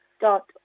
dot